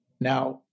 Now